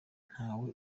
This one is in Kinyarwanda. ntawe